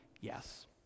yes